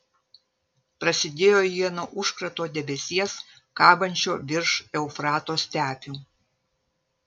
prasidėjo ji nuo užkrato debesies kabančio virš eufrato stepių